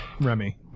Remy